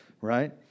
right